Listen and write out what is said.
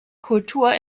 kultur